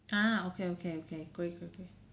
ah okay okay okay great great great